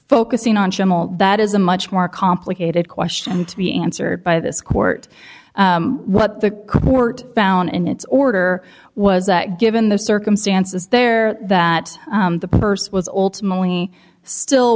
focusing on that is a much more complicated question to be answered by this court what the court found in its order was that given the circumstances there that the purse was ultimately still